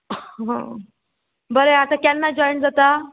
बरें आतां केन्ना जॉयन जाता